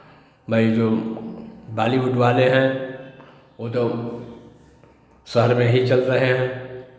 भाई जो बॉलीवुड वाले हैं वो तो सर्वे ही चल रहे हैं